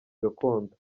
gakondo